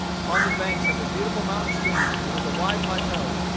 upon the banks of a beautiful mountain stream there was a wide plateau,